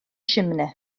simnai